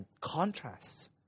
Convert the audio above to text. contrasts